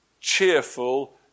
cheerful